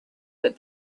but